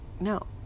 no